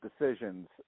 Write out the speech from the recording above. decisions